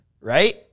Right